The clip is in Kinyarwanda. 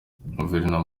guverineri